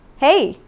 hey.